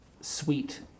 sweet